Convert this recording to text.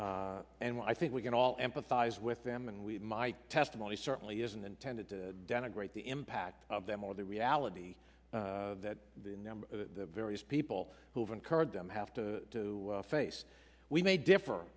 and i think we can all empathize with them and my testimony certainly isn't intended to denigrate the impact of them or the reality that the number of the various people who've incurred them have to face we may differ